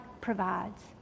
provides